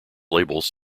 labels